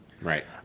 Right